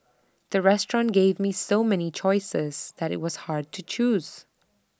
the restaurant gave me so many choices that IT was hard to choose